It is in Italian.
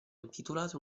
intitolata